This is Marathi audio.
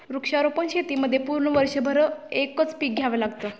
वृक्षारोपण शेतीमध्ये पूर्ण वर्षभर एकच पीक घ्यावे लागते